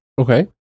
Okay